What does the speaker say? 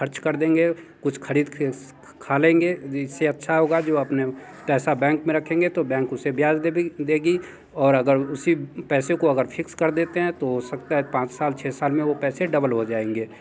ख़र्च कर देंगे कुछ ख़रीद के खा लेंगे इससे अच्छा होगा जो अपने पैसा बैंक में रखेंगे तो बैंक उसे ब्याज देबेगी देगी और अगर उसी पैसों को अगर फिक्स कर देते हैं तो हो सकता है पाँच साल छ साल में वो पैसे डबल हो जाएंगे